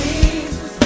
Jesus